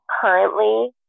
currently